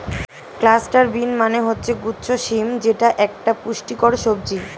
cluster bean মানে হচ্ছে গুচ্ছ শিম যেটা একটা পুষ্টিকর সবজি